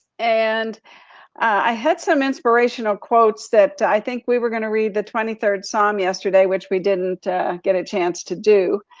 and i heard some inspirational quotes that, i think we were gonna read the twenty third psalm yesterday, which we didn't get a chance to do.